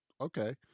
Okay